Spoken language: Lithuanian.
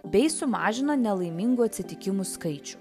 bei sumažino nelaimingų atsitikimų skaičių